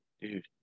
dude